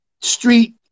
street